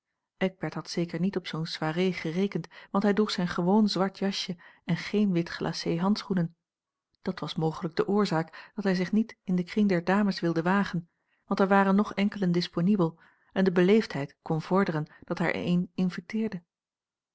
eckbert had zeker niet op zoo'n soirée gerekend want hij droeg zijn gewoon zwart jasje en geen wit glacé handschoenen dat was mogelijk de oorzaak dat hij zich niet in den kring der dames wilde wagen want er waren nog enkelen disponibel en de beleefdheid kon vorderen dat hij er eene inviteerde